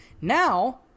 Now